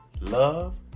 love